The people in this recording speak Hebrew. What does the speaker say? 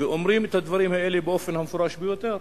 ואומרים את הדברים האלה באופן המפורש ביותר: